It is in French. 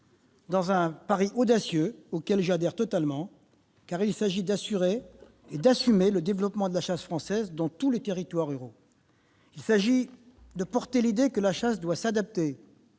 dans un pari audacieux, auquel j'adhère totalement, car il s'agit d'assurer et d'assumer le développement de la chasse française dans tous nos territoires ruraux. Il s'agit également de porter l'idée que la chasse doit s'adapter,